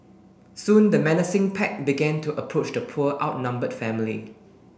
soon the menacing pack began to approach the poor outnumbered family